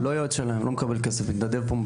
לא יועץ שלהם, לא מקבל כסף, מתנדב.